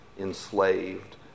enslaved